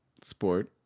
sport